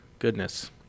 Goodness